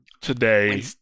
today